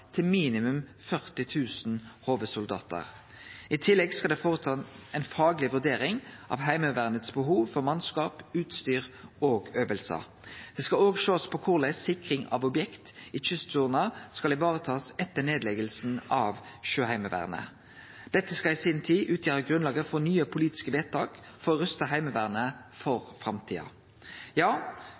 til minimum 40 000 HV-soldatar. I tillegg skal det gjerast ei fagleg vurdering av Heimevernet sitt behov for mannskap, utstyr og øvingar. Ein skal òg sjå på korleis ein kan vareta sikring av objekt i kystsona etter nedlegginga av Sjøheimevernet. Dette skal i si tid utgjere grunnlaget for nye politiske vedtak for å ruste Heimevernet for framtida. Ja,